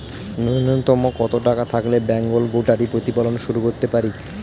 নূন্যতম কত টাকা থাকলে বেঙ্গল গোটারি প্রতিপালন শুরু করতে পারি?